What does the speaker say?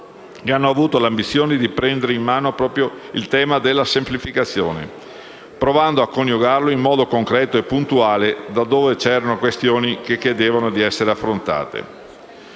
che hanno avuto l'ambizione di prendere in mano proprio il tema della semplificazione, provando a coniugarlo in modo concreto e puntuale, laddove c'erano questioni che chiedevano di essere affrontate.